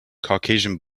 caucasian